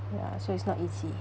ya so it's not easy